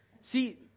See